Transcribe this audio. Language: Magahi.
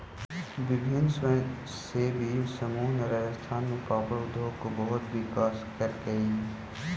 विभिन्न स्वयंसेवी समूहों ने राजस्थान में पापड़ उद्योग को बहुत विकसित करकई